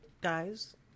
guys